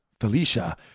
Felicia